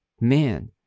man